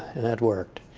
and that worked.